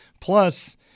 Plus